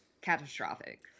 catastrophic